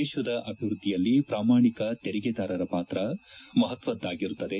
ದೇಶದ ಅಭಿವೃದ್ದಿಯಲ್ಲಿ ಪ್ರಾಮಾಣಿಕ ತೆರಿಗೆದಾರರ ಪಾತ್ರ ಅತ್ಯಂತ ಮಪತ್ವದ್ದಾಗಿರುತ್ತದೆ